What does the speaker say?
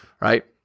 right